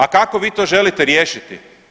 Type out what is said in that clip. A kako vi to želite riješiti?